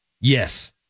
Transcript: yes